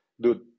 dude